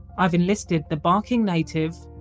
i've enlisted the barking native,